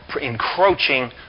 encroaching